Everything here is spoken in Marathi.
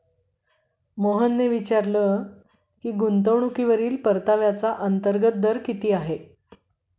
मोहनने विचारले की गुंतवणूकीवरील परताव्याचा अंतर्गत दर किती आहे?